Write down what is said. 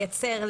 לייצר,